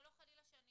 וחלילה, אני